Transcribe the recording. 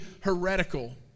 heretical